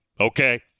Okay